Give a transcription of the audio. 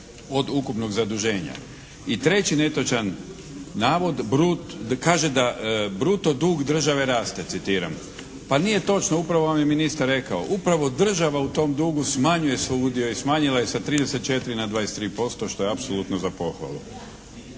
od ukupnog zaduženja. I treći netočan navod kaže da bruto dug države raste citiram. Pa nije točno. Upravo vam je ministar rekao. Upravo država u tom dugu smanjuje svoj udio i smanjila je sa 34 na 23% što je apsolutno za pohvalu.